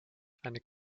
eine